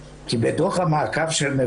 איש לפי הסדרים שונים בתקציב של 5.5